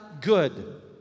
good